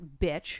bitch